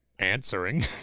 answering